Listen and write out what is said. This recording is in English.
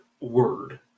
word